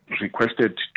requested